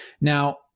now